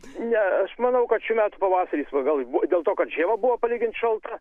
ne aš manau kad šių metų pavasaris vėl buvo dėl to kad žiema buvo palyginti šalta